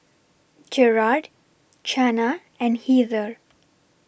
Gerard Chana and Heather